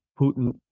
Putin